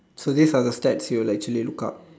so this are the stats that you'll actually look up